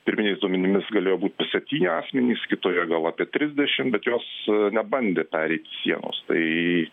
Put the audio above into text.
pirminiais duomenimis galėjo būt septyni asmenys kitoje gal apie trisdešim bet jos nebandė pereiti sienos tai